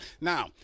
Now